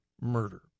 murder